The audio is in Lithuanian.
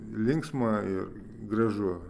linksma ir gražu